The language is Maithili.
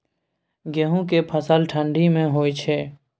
गेहूं के फसल ठंडी मे होय छै?